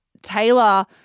Taylor